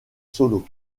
solo